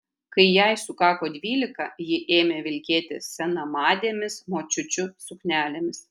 kai jai sukako dvylika ji ėmė vilkėti senamadėmis močiučių suknelėmis